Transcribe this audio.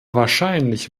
wahrscheinlich